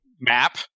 map